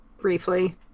briefly